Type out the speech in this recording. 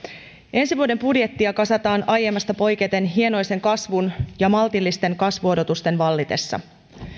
ensi vuoden budjettia kasataan aiemmasta poiketen hienoisen kasvun ja maltillisten kasvuodotusten vallitessa